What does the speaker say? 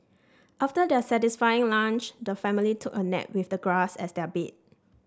after their satisfying lunch the family took a nap with the grass as their bed